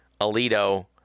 Alito